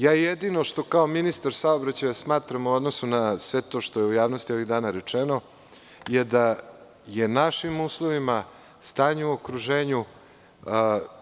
Jedino što kao ministar saobraćaja smatram u odnosu na sve to što je u javnosti ovih dana rečeno je da je našim uslovima, stanju u okruženju